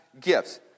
gifts